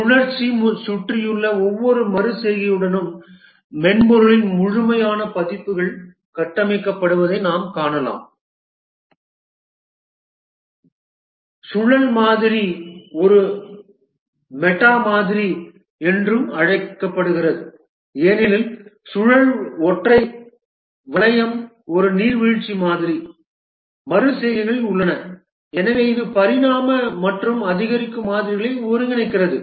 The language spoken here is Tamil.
சுழற்சியைச் சுற்றியுள்ள ஒவ்வொரு மறு செய்கையுடனும் மென்பொருளின் முழுமையான பதிப்புகள் கட்டமைக்கப்படுவதை நாம் காணலாம் சுழல் மாதிரி ஒரு மெட்டா மாதிரி என்றும் அழைக்கப்படுகிறது ஏனெனில் சுழல் ஒற்றை வளையம் ஒரு நீர்வீழ்ச்சி மாதிரி மறு செய்கைகள் உள்ளன எனவே இது பரிணாம மற்றும் அதிகரிக்கும் மாதிரிகளை ஒருங்கிணைக்கிறது